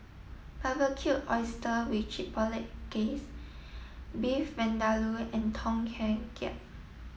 Barbecued Oysters with Chipotle Glaze Beef Vindaloo and Tom Kha Gai